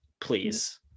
please